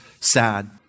sad